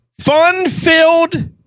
fun-filled